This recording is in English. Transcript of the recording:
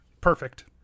Perfect